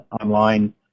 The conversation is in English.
online